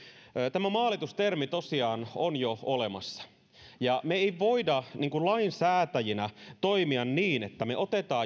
tämä maalitus termi tosiaan on jo olemassa ja me emme voi lainsäätäjinä toimia niin että me otamme